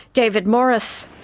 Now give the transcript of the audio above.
david morris.